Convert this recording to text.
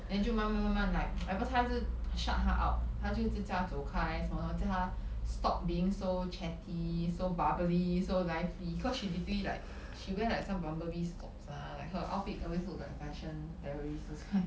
then 就慢慢慢慢 like at first 他一直 shut her out 他就一直叫她走开然后叫她 stop being so chatty so bubbly so lively because she literally like she wear like some bumblebee socks ah like her outfits always look like fashion terrorist those kind